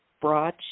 broad